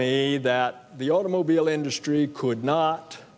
me that the automobile industry could not